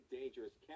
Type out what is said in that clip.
dangerous